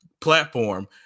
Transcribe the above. platform